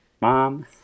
mom